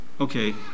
Okay